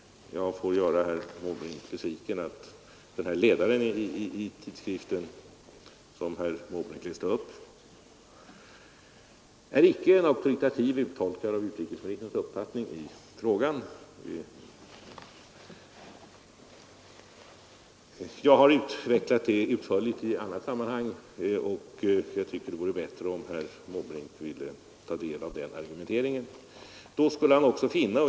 Jag måste göra herr Måbrink besviken genom att säga att den ledare i tidskriften som herr Måbrink åberopade icke är en auktoritativ uttolkning av utrikesministerns uppfattning i frågan. Jag har utvecklat det utförligt i annat sammanhang, och jag tycker det vore bra om herr Måbrink ville ta del av den argumenteringen.